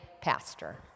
pastor